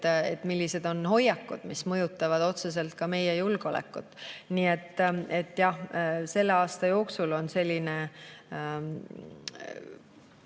millised on hoiakud, mis mõjutavad otseselt ka meie julgeolekut. Nii et jah, "selle aasta jooksul" on see